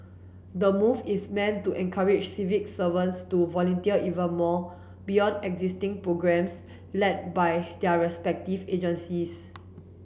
the move is meant to encourage civic servants to volunteer even more beyond existing programmes led by their respective agencies